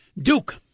Duke